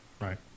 right